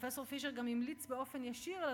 פרופסור פישר גם המליץ באופן ישיר על